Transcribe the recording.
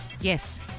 Yes